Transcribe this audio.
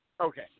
Okay